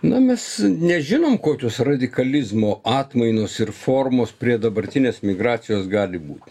na mes nežinom kokios radikalizmo atmainos ir formos prie dabartinės migracijos gali būti